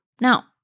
Now